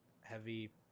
heavy